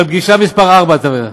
על פגישה מס' 4 תדבר.